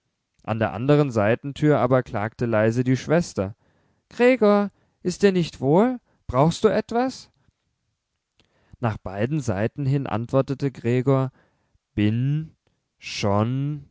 an der anderen seitentür aber klagte leise die schwester gregor ist dir nicht wohl brauchst du etwas nach beiden seiten hin antwortete gregor bin schon